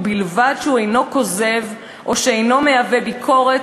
ובלבד שהוא אינו כוזב או שאין בו ביקורת